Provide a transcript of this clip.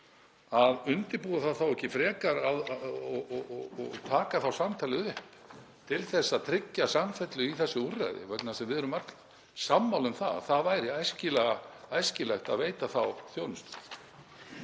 að undirbúa það ekki frekar og taka samtalið upp til að tryggja samfellu í þessu úrræði, vegna þess að við erum öll sammála um að það væri æskilegt að veita þá þjónustu.